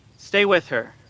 stay with her.